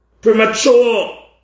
premature